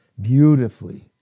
beautifully